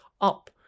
up